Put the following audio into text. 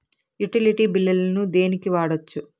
Utility బిల్లులను దేనికి వాడొచ్చు?